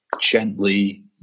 gently